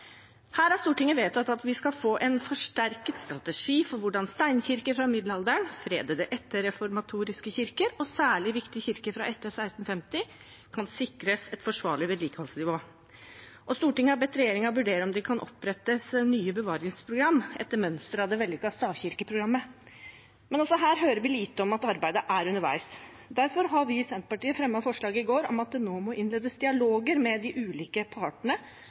har vedtatt at vi skal få «en forsterket strategi for hvordan steinkirker fra middelalderen, fredede etterreformatoriske kirker og særlig viktige kirker fra etter 1650 kan sikres et forsvarlig vedlikeholdsnivå», og Stortinget har bedt regjeringen vurdere om det kan opprettes nye bevaringsprogram, etter mønster av det vellykkede stavkirkeprogrammet. Men også her hører vil lite om at arbeidet er underveis. Derfor fremmet vi i Senterpartiet i går forslag om at det nå må innledes dialog med de ulike partene